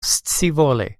scivole